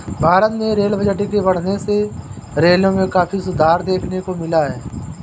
भारत में rail budget के बढ़ने से रेलों में काफी सुधार देखने को मिला है